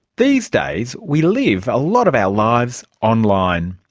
these days we live a lot of our lives online.